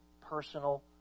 personal